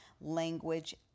language